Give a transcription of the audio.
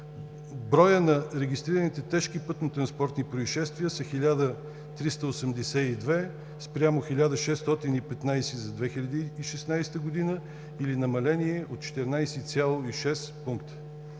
Броят на регистрираните тежки пътнотранспортни произшествия е 1382 спрямо 1615 за 2016 г. или намаление от 14,6 пункта.